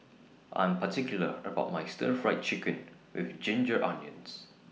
I'm particular about My Stir Fried Chicken with Ginger Onions